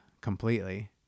completely